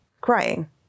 crying